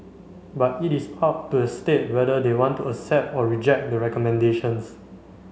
but it is up to the state whether they want to accept or reject the recommendations